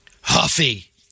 Huffy